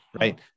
right